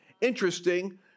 interesting